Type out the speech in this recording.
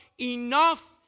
Enough